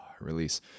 release